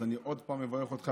אז אני עוד פעם מברך אותך,